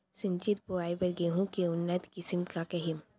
सिंचित बोआई बर गेहूँ के उन्नत किसिम का का हे??